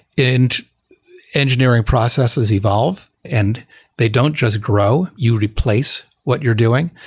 and engineering processes evolve and they don't just grow. you replace what you're doing.